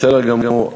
בסדר גמור.